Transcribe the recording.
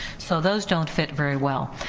so those don't fit very well,